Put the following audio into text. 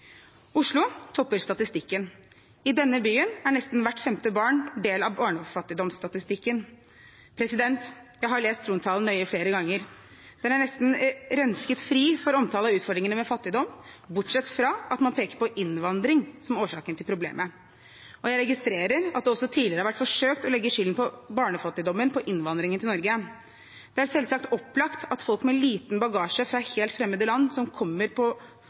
Oslo topper statistikken. I denne byen er nesten hvert femte barn del av barnefattigdomsstatistikken. Jeg har lest trontalen nøye flere ganger. Den er nesten rensket fri for omtale av utfordringene med fattigdom, bortsett fra at man peker på innvandring som årsaken til problemet. Jeg registrerer at det også tidligere har vært forsøkt å legge skylden for barnefattigdommen på innvandringen til Norge. Det er selvsagt opplagt at folk med liten bagasje fra helt fremmede land, som står på bar bakke når de kommer,